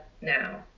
now